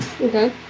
Okay